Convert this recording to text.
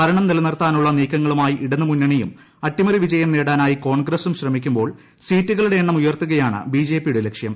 ഭരണം നിലനിർത്താനുള്ള നീക്കങ്ങളുമായി ഇടതുമുന്നണിയും അട്ടിമറി വിജയം നേടാനായി കോൺഗ്രസും ശ്രമിക്കുമ്പോൾ സീറ്റുകളുടെ എണ്ണം ഉയർത്തുകയാണ് ബിജെപിയുടെ ലക്ഷ്യം